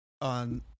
on